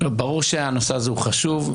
ברור שהנושא הזה הוא חשוב.